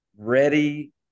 Ready